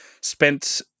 spent